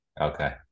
Okay